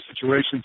situations